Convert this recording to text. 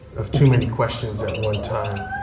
of too many questions at one time.